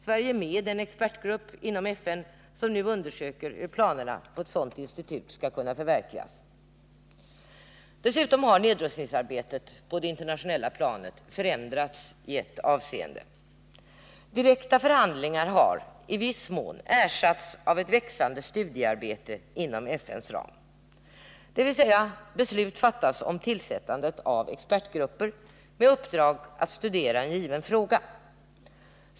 Sverige är med i den expertgrupp inom FN som nu undersöker hur planerna på ett sådant institut skall kunna förverkligas. Nedrustningsarbetet på det internationella planet har dessutom förändrats i ett avseende. Direkta förhandlingar har i viss mån ersatts av ett växande studiearbete inom FN:s ram, dvs. beslut fattas om tillsättandet av expertgrupper med uppdrag att studera en given fråga.